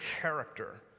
character